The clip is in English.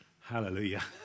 Hallelujah